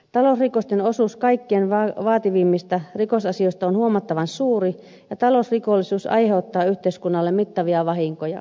talousrikosten osuus kaikkein vaativimmista rikosasioista on huomattavan suuri ja talousrikollisuus aiheuttaa yhteiskunnalle mittavia vahinkoja